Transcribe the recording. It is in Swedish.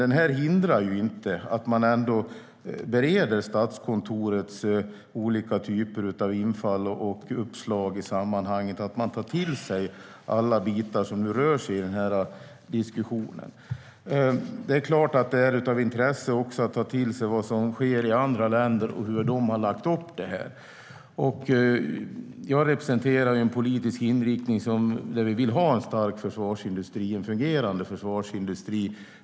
Men det hindrar inte att man bereder Statskontorets olika uppslag och tar till sig alla bitar i diskussionen. Det är klart att det också är av intresse att ta till sig vad som sker i andra länder och hur de har lagt upp detta. Jag representerar en politisk inriktning som vill ha en stark, fungerande försvarsindustri.